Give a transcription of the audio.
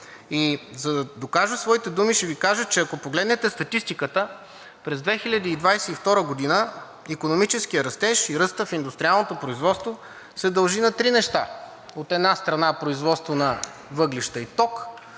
и за да докажа своите думи, ще Ви кажа, че ако погледнете статистиката през 2022 г., икономическият растеж и ръстът в индустриалното производство се дължи на три неща. От една страна, производство на въглища и ток,